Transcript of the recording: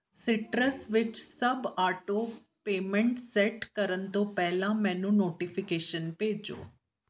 ਸੀਟਰਸ ਵਿੱਚ ਸੱਭ auto payments set ਕਰਨ ਤੋਂ ਪਹਿਲਾਂ ਮੈਨੂੰ ਨੋਟੀਫਿਕੇਸ਼ਨ ਭੇਜੋ